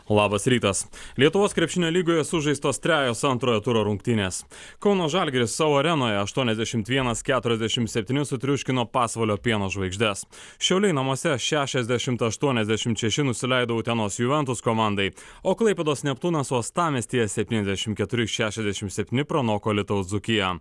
labas rytas lietuvos krepšinio lygoje sužaistos trejos antrojo turo rungtynės kauno žalgiris savo arenoje aštuoniasdešimt vienas keturiasdešim septyni sutriuškino pasvalio pieno žvaigždes šiauliai namuose šešiasdešimt aštuoniasdešimt šeši nusileido utenos juventus komandai o klaipėdos neptūnas uostamiestyje septyniasdešim keturi šešiasdešim septyni pranoko alytaus dzūkiją